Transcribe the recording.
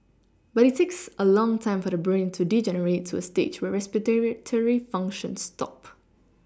but it takes a long time for the brain to degenerate to a stage where respiratory functions stop